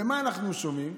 ומה אנחנו שומעים?